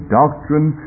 doctrine